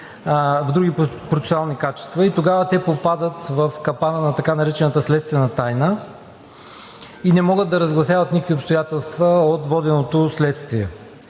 в други процесуални качества. Тогава те попадат в капана на така наречената следствена тайна и не могат да разгласяват никакви обстоятелства от воденото следствие.